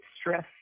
stress